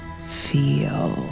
feel